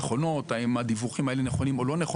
אם זה נכון או לא,